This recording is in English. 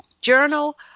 Journal